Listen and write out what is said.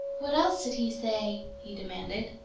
what else did he say? he demanded.